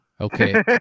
Okay